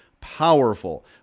powerful